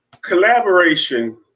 Collaboration